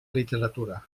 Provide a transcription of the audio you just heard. literatura